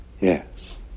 Yes